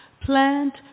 Plant